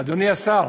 אדוני השר,